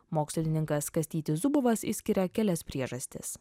mokslininkas kastytis zubovas išskiria kelias priežastis